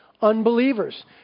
unbelievers